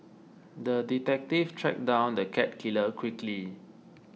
the detective tracked down the cat killer quickly